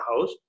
house